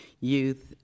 youth